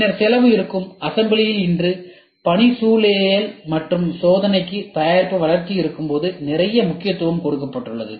பின்னர் செலவு இருக்கும் அசம்பிளியில் இன்று பணிச்சூழலியல் மற்றும் சோதனைக்கு தயாரிப்பு வளர்ச்சி இருக்கும்போது நிறைய முக்கியத்துவம் கொடுக்கப்பட்டுள்ளது